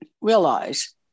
realize